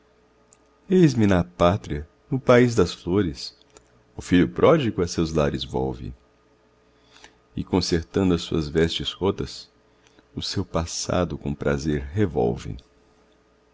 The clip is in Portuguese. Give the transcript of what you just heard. na pátria no país das flores o filho pródigo a seus lares volve e concertando as suas vestes rotas o seu passado com prazer revolve